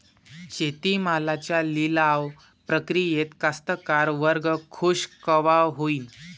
शेती मालाच्या लिलाव प्रक्रियेत कास्तकार वर्ग खूष कवा होईन?